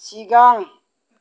सिगां